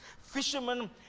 fishermen